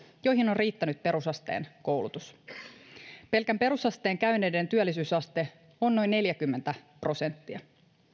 joihin on riittänyt perusasteen koulutus pelkän perusasteen käyneiden työllisyysaste on noin neljäkymmentä prosenttia